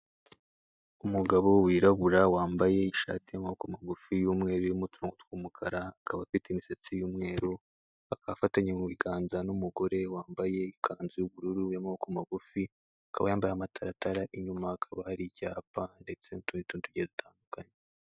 Umugabo wirabura wambaye ishati y'amaboko magufi y'umweru irimo uturongo tw'umukara akaba afite imisatsi y'umweru, akaba afatanye mu biganza n'umugore wambaye ikanzu y'ubururu y'amaboko magufi, akaba yambaye amataratara inyuma hakaba hari icyapa ndetse n'utundi tuntu dutandukanye.